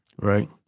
right